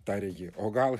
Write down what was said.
tarė ji o gal